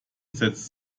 setzt